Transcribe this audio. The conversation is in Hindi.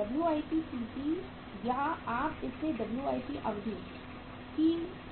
WIPCP या आप इससे WIP अवधि